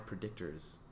predictors